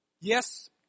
Yes